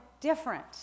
different